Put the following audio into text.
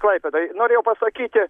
klaipėdoj norėjau pasakyti